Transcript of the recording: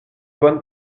bonne